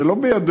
זה לא בידינו.